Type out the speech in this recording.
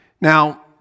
Now